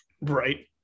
right